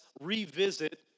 revisit